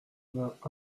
vingt